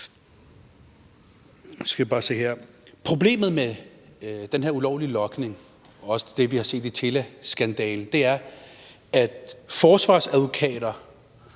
Problemet med den her ulovlige logning og også det, vi har set i teleskandalen, er, at forsvarsadvokater